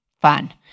fun